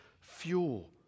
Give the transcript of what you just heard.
fuel